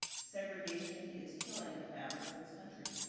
segregation is killing the fabric of this country.